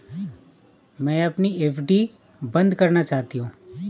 मैं अपनी एफ.डी बंद करना चाहती हूँ